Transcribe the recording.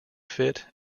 fit